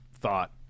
thought